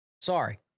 Sorry